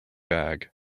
bag